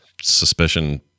Suspicion